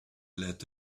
let